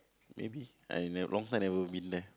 maybe I ne~ long time never been there